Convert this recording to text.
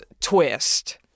twist